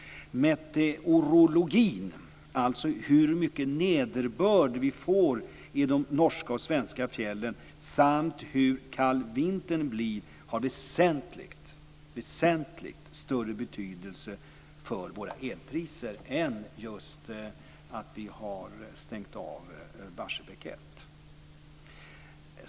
Meteorologin, dvs. hur mycket nederbörd vi får i de norska och svenska fjällen samt hur kall vintern blir, har väsentligt - väsentligt - större betydelse för våra elpriser än att vi har stängt av Barsebäck 1.